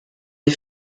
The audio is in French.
les